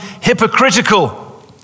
hypocritical